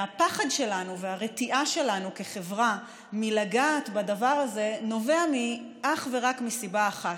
והפחד שלנו והרתיעה שלנו כחברה מלגעת בדבר הזה נובע אך ורק מסיבה אחת,